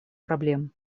проблем